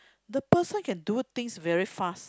the person can do things very fast